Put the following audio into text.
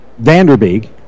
Vanderbeek